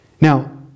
Now